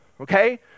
okay